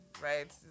right